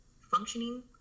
functioning